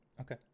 okay